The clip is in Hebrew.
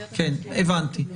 הבנתי.